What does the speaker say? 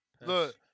Look